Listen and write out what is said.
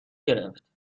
گرفت